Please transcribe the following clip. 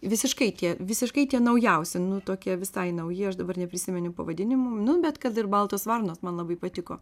visiškai tie visiškai tie naujausi nu tokie visai nauji aš dabar neprisimenu pavadinimų nu bet kad ir baltos varnos man labai patiko